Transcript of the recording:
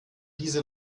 diese